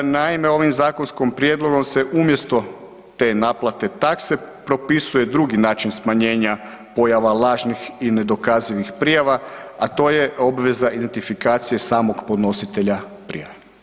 Naime, ovim zakonskim prijedlogom se umjesto te naplate takse propisuje drugi način smanjenja pojava lažnih i nedokazivih prijava, a to je obveza identifikacije samog podnositelja prijave.